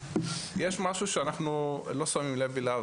יש משהו שאנחנו לא שמים לב אליו,